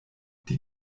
die